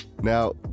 Now